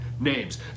names